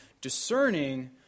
discerning